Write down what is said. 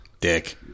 Dick